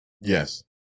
Yes